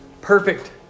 perfect